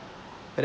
and then